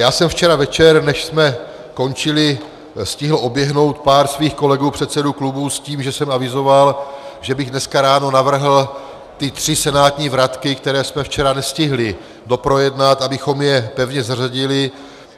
Já jsem včera večer, než jsme končili, stihl oběhnout pár svých kolegů, předsedů klubů, s tím, že jsem avizoval, že bych dneska ráno navrhl ty tři senátní vratky, které jsme včera nestihli doprojednat, abychom je pevně zařadili